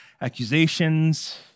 accusations